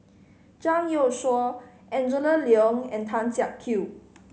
Zhang Youshuo Angela Liong and Tan Siak Kew